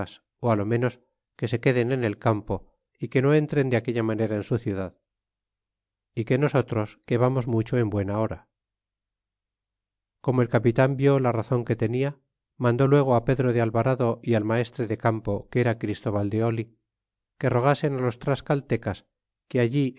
ó lo menos que se queden en el campo e que no entren de aquella manera en su ciudad é que nosotros que vamos mucho en buena hora e como el capitan vió la razon que tenia mandó luego á pedro de alvarado é al maestre de campo que era christoval de oh que rogasen los tlascaltecas que allí